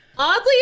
Oddly